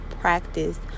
practice